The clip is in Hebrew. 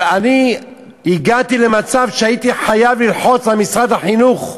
אבל הגעתי למצב שהייתי חייב ללחוץ על משרד החינוך,